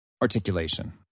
articulation